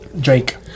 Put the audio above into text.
Drake